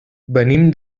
venim